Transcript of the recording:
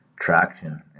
traction